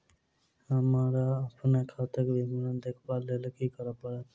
हमरा अप्पन खाताक विवरण देखबा लेल की करऽ पड़त?